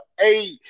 eight